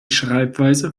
schreibweise